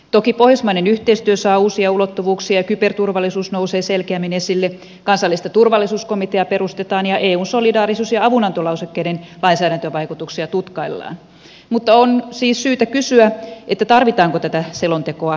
toki pohjoismainen yhteistyö saa uusia ulottuvuuksia ja kyberturvallisuus nousee selkeämmin esille kansallista turvallisuuskomiteaa perustetaan ja eun solidaarisuus ja avunantolausekkeiden lainsäädäntövaikutuksia tutkaillaan mutta on siis syytä kysyä tarvitaanko tätä selontekoa ollenkaan